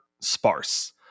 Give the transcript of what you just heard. sparse